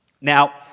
Now